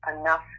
enough